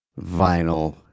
vinyl